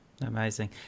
Amazing